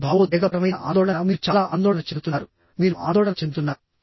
ఇది భావోద్వేగపరమైన ఆందోళన మీరు చాలా ఆందోళన చెందుతున్నారు మీరు ఆందోళన చెందుతున్నారు